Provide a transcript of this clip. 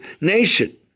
nation